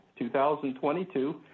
2022